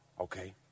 Okay